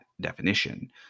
definition